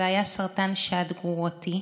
זה היה סרטן שד גרורתי.